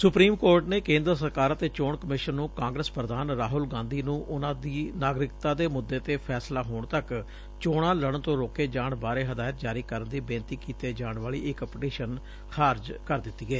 supreme court ਨੇ ਕੇਦਰ ਸਰਕਾਰ ਅਤੇ ਚੋਣ ਕਮਿਸ਼ਨ ਨੂੰ ਕਾਗਰਸ ਪ੍ਰਧਾਨ ਰਾਹੁਲ ਗਾਧੀ ਨੂੰ ਉਨੂਾ ਦੀ ਨਾਗਰਿਕਤਾ ਦੇ ਮੁੱਦੇ ਤੇ ਫੈਸਲਾ ਹੋਣ ਤੱਕ ਚੋਣਾ ਲੜਨ ਤੱਾ ਰੋਕੇ ਜਾਣ ਬਾਰੇ ਹਦਾਇਤ ਜਾਰੀ ਕਰਨ ਦੀ ਬੇਨਤੀ ਕੀਤੇ ਜਾਣ ਵਾਲੀ ਇਕ ਪਟੀਸ਼ਨ ਖਾਰਜ ਕਰ ਦਿੱਤੀ ਏ